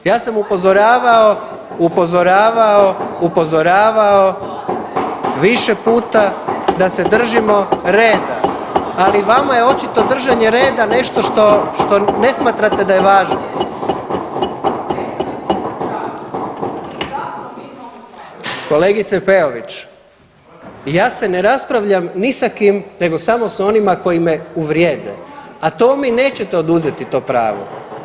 Ja sam upozoravao, upozoravao, upozoravao više puta da se držimo reda, ali vama je očito držanje reda nešto što, što ne smatrate da je važno. … [[Upadica iz klupe se ne razumije]] Kolegice Peović, ja se ne raspravljam ni sa kim nego samo s onim koji me uvrijede, a to mi nećete oduzeti to pravo.